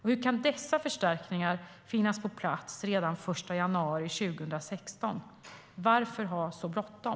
Hur kan dessa förstärkningar finnas på plats redan den 1 januari 2016? Varför ha så bråttom?